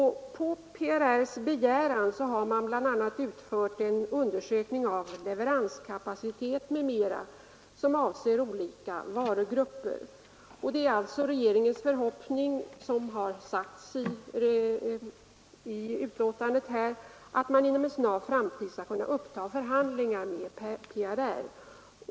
På PRR5s begäran har man bl.a. utfört en undersökning av leveranskapacitet m.m. som avser olika varugrupper. Det är alltså, som sagts i svaret, regeringens förhoppning att man inom en snar framtid skall kunna uppta förhandlingar med PRR.